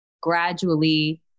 gradually